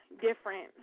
different